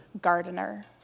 gardener